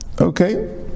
Okay